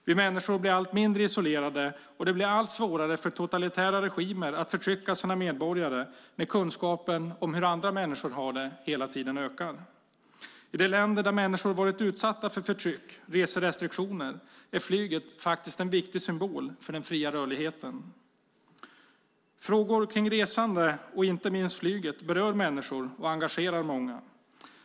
Vi människor blir allt mindre isolerade, och det blir allt svårare för totalitära regimer att förtrycka sina medborgare när kunskapen om hur andra människor har det hela tiden ökar. I de länder där människor varit utsatta för förtryck och reserestriktioner är flyget en viktig symbol för den fria rörligheten. Frågor kring resande och inte minst flyget berör människor och engagerar många.